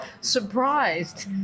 surprised